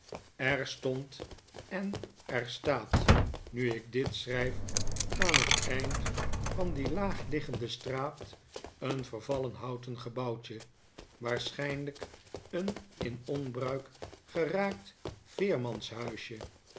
er stond en er staat nu ik dit schrijf aan het eind van die laag liggende straat een vervallen houten gebouwtje waarschijnlijk een in onbruik geraakt